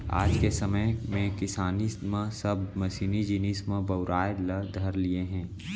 आज के समे के किसानी म सब मसीनी जिनिस मन बउराय ल धर लिये हें